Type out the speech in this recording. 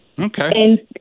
Okay